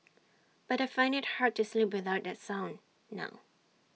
but I find IT hard to sleep without the sound now